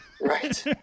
Right